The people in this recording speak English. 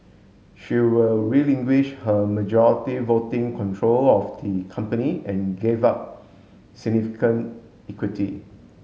she will relinquish her majority voting control of the company and gave up significant equity